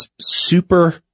super